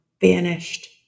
Vanished